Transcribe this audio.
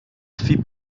fit